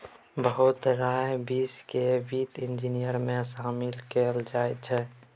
बहुत रास बिषय केँ बित्त इंजीनियरिंग मे शामिल कएल जाइ छै